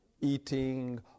eating